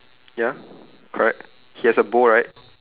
ya correct he has a bowl right